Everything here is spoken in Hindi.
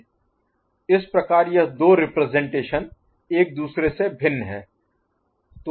इस प्रकार यह दो रिप्रजेंटेशन एक दूसरे से भिन्न होते हैं